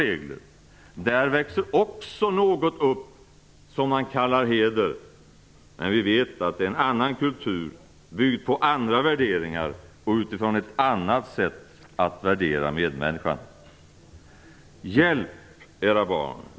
Också där växer något upp som man kallar heder. Men vi vet att det är en annan kultur, byggd på andra värderingar och utifrån ett annat sätt att värdera medmänniskan.